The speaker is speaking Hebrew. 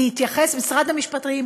משרד המשפטים,